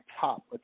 top